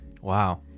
Wow